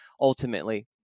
ultimately